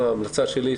זו ההמלצה שלי,